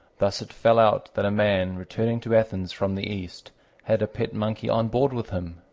thus it fell out that a man returning to athens from the east had a pet monkey on board with him.